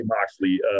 Moxley